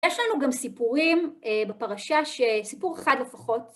יש לנו גם סיפורים בפרשה, ש.. סיפור אחד לפחות.